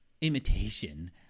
imitation